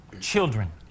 children